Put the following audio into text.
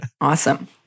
Awesome